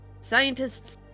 Scientists